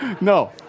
No